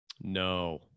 No